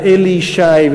ואלי ישי,